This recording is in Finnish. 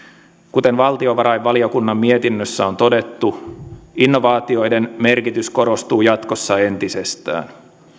kuten valtiovarainvaliokunnan mietinnössä on todettu innovaatioiden merkitys korostuu jatkossa entisestään